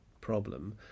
problem